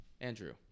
andrew